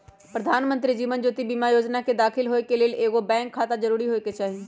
प्रधानमंत्री जीवन ज्योति बीमा जोजना में दाखिल होय के लेल एगो बैंक खाता जरूरी होय के चाही